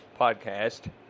podcast